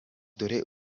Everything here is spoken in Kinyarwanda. dore